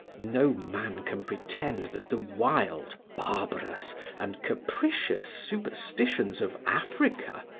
no man can pretend that the wild, barbarous, and capricious superstitions of africa,